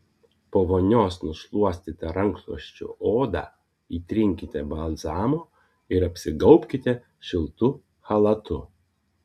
po vonios nušluostytą rankšluosčiu odą įtrinkite balzamu ir apsigaubkite šiltu chalatu